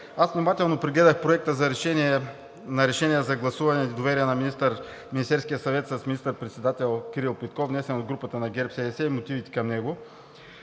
Аз внимателно прегледах Проекта на решение за гласуване недоверие на Министерския съвет с министър-председател Кирил Петков, внесен от групата на ГЕРБ-СДС и мотивите към него.